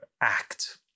act